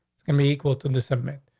it's gonna be equal to the submit.